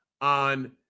on